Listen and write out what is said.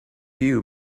you